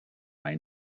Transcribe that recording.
ein